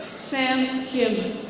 sam kidman.